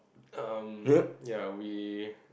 um ya we